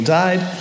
died